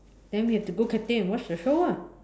then we have to go Cathay and watch the show ah